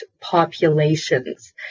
populations